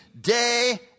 day